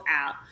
out